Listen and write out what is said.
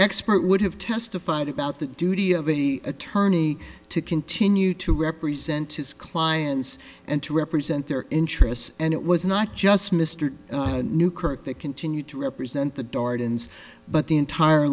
expert would have testified about the duty of attorney to continue to represent his clients and to represent their interests and it was not just mr newkirk that continued to represent the darden's but the entire